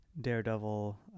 Daredevil